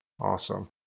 Awesome